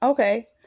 Okay